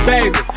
Baby